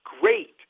great